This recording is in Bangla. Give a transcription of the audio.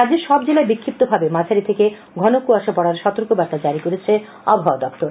রাজ্যের সব জেলায় বিষ্ফিপ্তভাবে মাঝারি থেকে ঘন কুয়াশা পড়ার সতর্কতা জারি করেছে আবহাওয়া দপ্তর